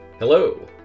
Hello